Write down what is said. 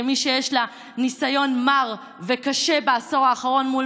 כמי שיש לה ניסיון מר וקשה בעשור האחרון מול